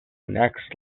next